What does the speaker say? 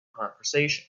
conversation